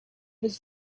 was